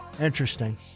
Interesting